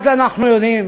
אז אנחנו יודעים